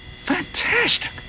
Fantastic